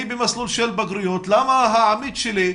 אני במסלול של בגרויות, למה העתיד שלי,